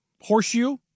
horseshoe